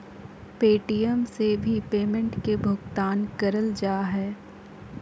Paytm से भी payment के भुगतान करल जा हय